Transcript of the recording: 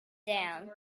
down